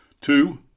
Two